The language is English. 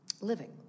living